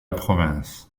province